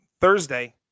Thursday